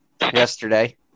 yesterday